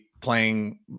playing